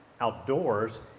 outdoors